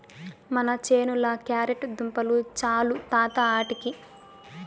మన చేనుల క్యారెట్ దుంపలు చాలు తాత ఆటికి